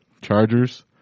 Chargers